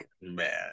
man